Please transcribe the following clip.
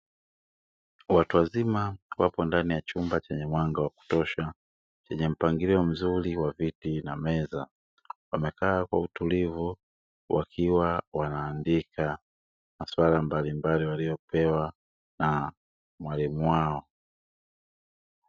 Watu wazima wapo ndani ya chumba chenye mwanga wa kutosha chenye mpangilio mzuri wa viti na meza, wamekaa kwa utulivu wakiwa wanaandika masuala mbalimbali waliyopewa na mwalimu wao.